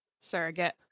Surrogate